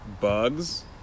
bugs